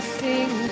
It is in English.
sing